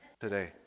today